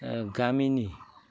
गामिनि